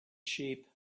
sheep